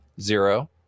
Zero